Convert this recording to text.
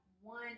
one